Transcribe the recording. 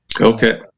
okay